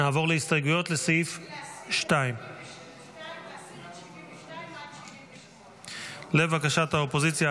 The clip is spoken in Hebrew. נעבור להסתייגויות לסעיף 2. להסיר את 72 78. לבקשת האופוזיציה,